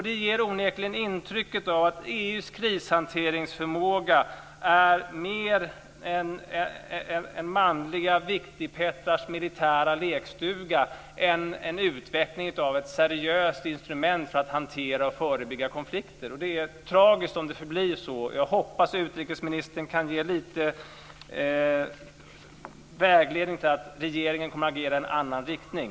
Det ger onekligen intrycket av att EU:s krishanteringsförmåga är mer en manliga viktigpettrars militära lekstuga än en utveckling av ett seriöst instrument för att hantera och förebygga konflikter. Det är tragiskt om det förblir så. Jag hoppas att utrikesministern kan ge lite vägledning till att regeringen kommer att agera i en annan riktning.